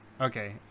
Okay